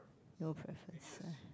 no preference ah